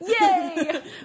yay